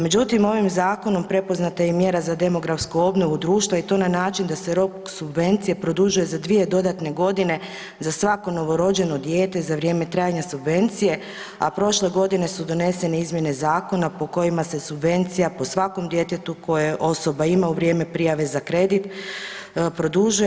Međutim ovim zakonom prepoznata je i mjera za demografsku obnovu društva i to na način da se rok subvencije produžuje za dvije dodatne godine za svako novorođeno dijete za vrijeme trajanja subvencije, a prošle godine su donesene izmjene zakona po kojima se subvencija po svakom djetetu koje osoba ima u vrijeme prijave za kredit produžuje.